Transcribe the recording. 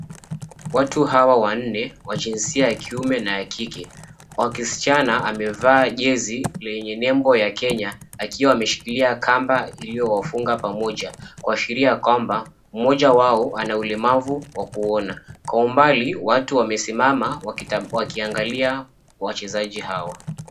Watu hawa wanne, wa jinsia ya kiume na ya kike. Wa kisichana [camevaa jezi lenye nembo ya Kenya akiwa ameshikilia kamba iliyowafunga pamoja, kuashiria kwamba mmoja wao ana ulemavu wa kuona. Kwa umbali watu wamesimama wakiangalia wachezaji hawa.